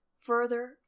further